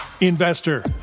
investor